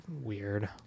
Weird